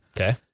Okay